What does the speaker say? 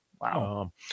Wow